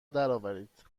درآورید